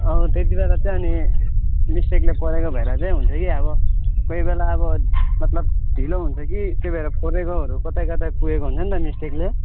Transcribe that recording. हो त्यति बेला चाहिँ अनि मिस्टेकले परेको भएर चाहिँ हुन्छ कि अब कोही बेला अब मतलब ढिलो हुन्छ कि त्यही भएर फोरेकोहरू कतै कतै पुएको हुन्छ नि त मिस्टेकले